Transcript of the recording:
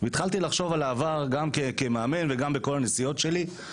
והתחלתי לחשוב על העבר גם כמאמן וגם בכל הנסיעות שלי,